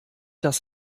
das